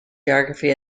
geography